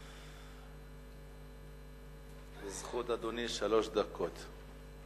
לזכות אדוני שלוש דקות.